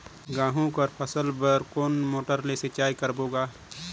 गहूं कर फसल बर कोन मोटर ले सिंचाई करबो गा?